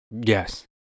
Yes